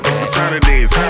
fraternities